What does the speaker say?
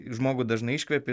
žmogų dažnai iškvepi